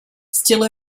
still